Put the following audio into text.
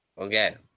Okay